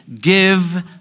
give